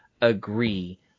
agree